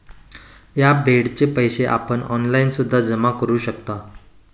या बेडचे पैसे आपण ऑनलाईन सुद्धा जमा करू शकता